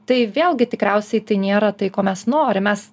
tai vėlgi tikriausiai tai nėra tai ko mes norim mes